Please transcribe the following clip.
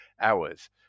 hours